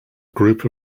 group